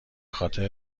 خاطر